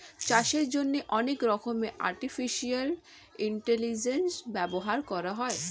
চাষের জন্যে অনেক রকমের আর্টিফিশিয়াল ইন্টেলিজেন্স ব্যবহার করা হয়